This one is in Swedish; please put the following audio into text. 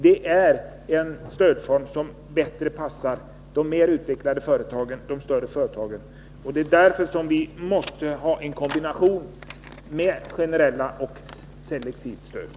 Det är en stödform som bättre passar de mer utvecklade och större företagen. Det är därför som vi måste ha en kombination av generellt och selektivt stöd.